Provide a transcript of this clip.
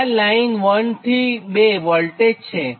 અને આ લાઇન 1 થી 2 વોલ્ટેજ છે